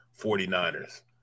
49ers